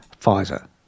Pfizer